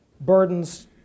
burdens